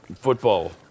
football